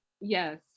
Yes